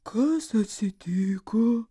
kas atsitiko